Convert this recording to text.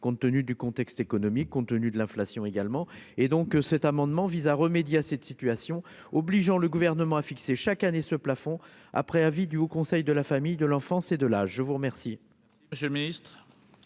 compte tenu du contexte économique, compte tenu de l'inflation également et donc, cet amendement vise à remédier à cette situation, obligeant le gouvernement a fixé chaque année ce plafond après avis du Haut Conseil de la famille de l'enfance et de la je vous remercie.